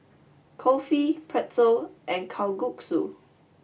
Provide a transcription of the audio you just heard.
Kulfi Pretzel and Kalguksu